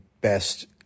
best